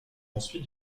ensuite